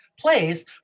plays